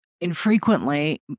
infrequently